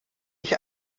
ich